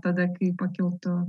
tada kai pakiltų